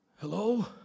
Hello